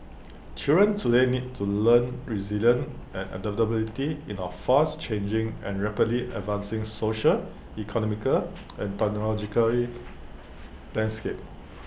children today need to learn resilience and adaptability in our fast changing and rapidly advancing social economical and technologically landscape